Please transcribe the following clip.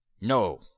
No